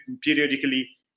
periodically